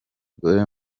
gore